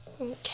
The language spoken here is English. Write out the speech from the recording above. okay